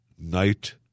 night